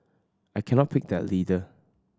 I cannot pick that leader